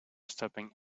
stopping